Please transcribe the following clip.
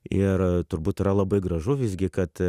ir turbūt yra labai gražu visgi kad